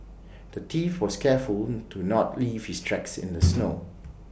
the thief was careful to not leave his tracks in the snow